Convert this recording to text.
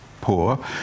poor